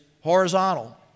horizontal